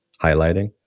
highlighting